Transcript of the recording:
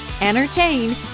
entertain